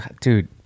Dude